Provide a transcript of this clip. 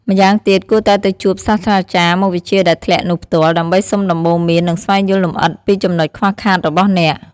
ម្យ៉ាងទៀត គួរតែទៅជួបសាស្ត្រាចារ្យមុខវិជ្ជាដែលធ្លាក់នោះផ្ទាល់ ដើម្បីសុំដំបូន្មាន និងស្វែងយល់លម្អិតពីចំណុចខ្វះខាតរបស់អ្នក។